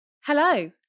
Hello